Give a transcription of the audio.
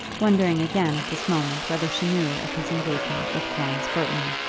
wondering again at this moment whether she knew of his engagement with florence burton.